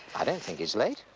i don't think it's late.